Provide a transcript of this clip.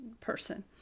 person